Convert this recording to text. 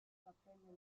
cappelle